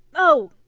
oh,